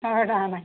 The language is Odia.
ଶହେ ଟଙ୍କା ନାଖେ